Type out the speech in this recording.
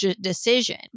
decision